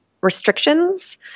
restrictions